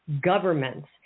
governments